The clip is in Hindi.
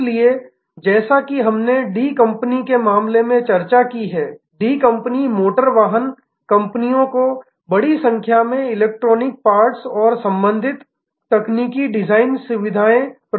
इसलिए जैसा कि हमने डी कंपनी के मामले में चर्चा की है डी कंपनी मोटर वाहन कंपनियों को बड़ी संख्या में इलेक्ट्रॉनिक पार्ट्स और संबंधित तकनीकी डिजाइन सेवाएं प्रदान करती है